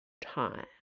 time